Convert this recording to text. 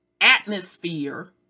atmosphere